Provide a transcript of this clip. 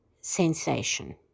sensation